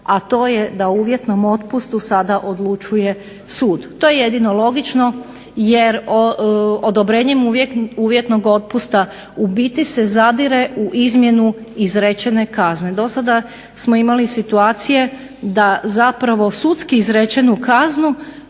a to je da o uvjetnom otpustu sada odlučuje sud. To je jedino logično jer odobrenjem uvjetnog otpusta u biti se zadire u izmjenu izrečene kazne. Dosada smo imali situacije da zapravo sudski izrečenu kaznu